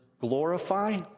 glorify